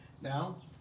Now